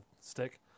stick